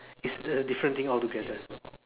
is a different thing altogether